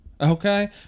okay